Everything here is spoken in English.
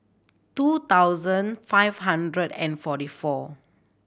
two thousand five hundred and forty four